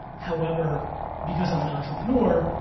however because i'm an entrepreneur,